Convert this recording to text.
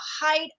height